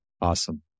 Awesome